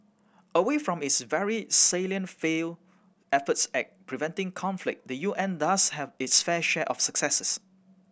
away from its very salient failed efforts at preventing conflict the U N does have its fair share of successes